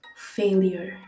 Failure